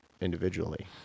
individually